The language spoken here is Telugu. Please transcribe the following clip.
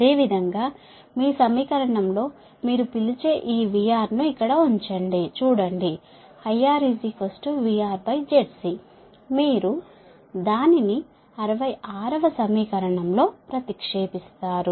అదేవిధంగా మీ సమీకరణంలో మీరు పిలిచే ఈ V R ను ఇక్కడ చూడండి IRVRZc మీరు దానిని 66 వ సమీకరణం లో ప్రతిక్షేపిస్తారు